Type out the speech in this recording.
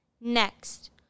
Next